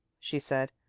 she said.